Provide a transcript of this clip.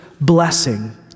blessing